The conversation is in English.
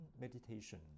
meditation